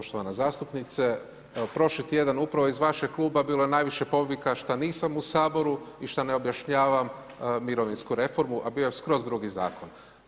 Poštovana zastupnice, evo prošli tjedan upravo iz vašeg kluba bilo je najviše povika šta nisam u Saboru i šta ne objašnjavam mirovinsku reformu, a bio je skroz drugi zakon.